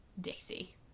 dixie